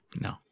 no